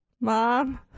mom